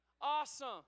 awesome